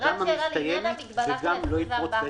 אז לא הקריאו אותו.